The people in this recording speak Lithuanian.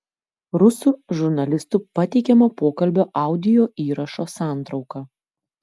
rusų žurnalistų pateikiamo pokalbio audio įrašo santrauka